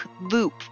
loop